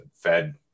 fed